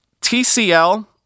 TCL